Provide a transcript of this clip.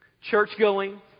church-going